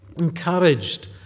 encouraged